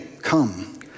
come